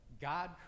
God